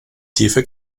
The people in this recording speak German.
tiefe